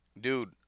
dude